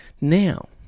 now